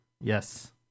Yes